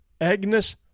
agnes